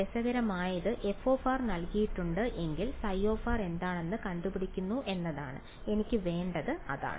രസകരമായത് f നൽകിയിട്ടുണ്ട് എങ്കിൽ ϕ എന്താണെന്ന് കണ്ടുപിടിക്കുക എന്നതാണ് എനിക്ക് വേണ്ടത് അതാണ്